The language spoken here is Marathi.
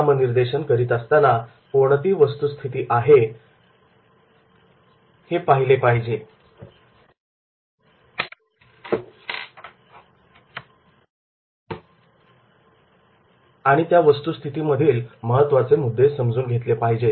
नामनिर्देशन करीत असताना आपण कोणती वस्तुस्थिती आहे हे पाहिले पाहिजे आणि त्या वस्तुस्थिती मधील महत्त्वाचे मुद्दे समजून घेतले पाहिजे